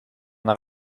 naar